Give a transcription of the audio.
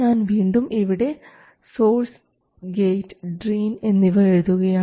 ഞാൻ വീണ്ടും ഇവിടെ സോഴ്സ് ഗേറ്റ് ഡ്രെയിൻ എന്നിവ എഴുതുകയാണ്